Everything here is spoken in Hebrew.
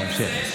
בהמשך.